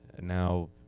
now